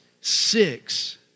six